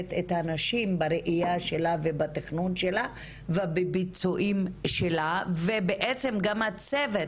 כוללת את הנשים בראייה שלה ובתכנון שלה ובביצועים שלה וגם הצוות